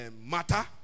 matter